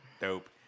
Dope